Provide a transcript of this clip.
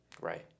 Right